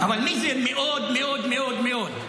אבל מי זה מאוד מאוד מאוד?